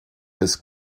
des